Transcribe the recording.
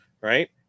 Right